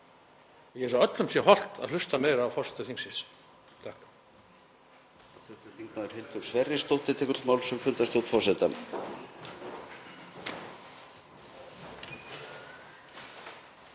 Ég held að öllum sé hollt að hlusta meira á forseta þingsins.